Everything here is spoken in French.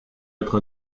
être